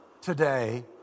today